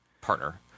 partner